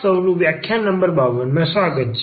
આપ સૌનું વ્યાખ્યાન નંબર 52 માં સ્વાગત છે